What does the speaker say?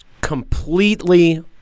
completely